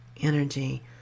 energy